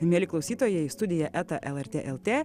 mieli klausytojai studija eta lrt lt